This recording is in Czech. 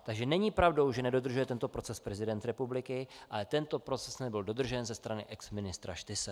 Takže není pravdou, že nedodržuje tento proces prezident republiky, ale tento proces nebyl dodržen ze strany exministra Štyse.